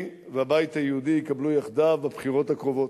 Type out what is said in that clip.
והבית היהודי יקבלו יחדיו בבחירות הקרובות.